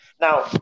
Now